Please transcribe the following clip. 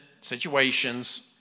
situations